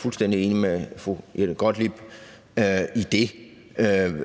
Kristensen): Ordføreren. Kl.